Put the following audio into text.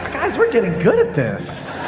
guys, we're getting good at this.